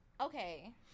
Okay